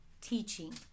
teaching